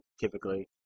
typically